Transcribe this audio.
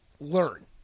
learn